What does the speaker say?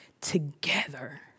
together